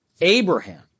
Abraham